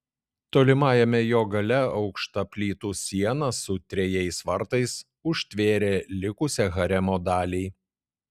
tolimajame jo gale aukšta plytų siena su trejais vartais užtvėrė likusią haremo dalį